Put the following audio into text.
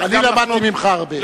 אני למדתי ממך הרבה.